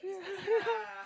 yeah